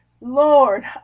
Lord